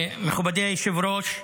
מכובדי היושב-ראש,